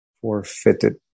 Forfeited